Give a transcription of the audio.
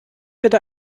bitte